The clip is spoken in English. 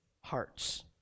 hearts